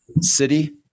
City